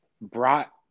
brought